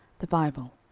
the bible,